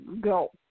go